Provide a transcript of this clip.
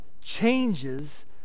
changes